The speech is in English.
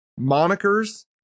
Monikers